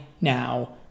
now